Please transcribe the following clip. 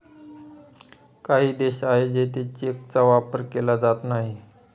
काही देश आहे जिथे चेकचा वापर केला जात नाही